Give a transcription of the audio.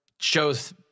shows